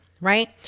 Right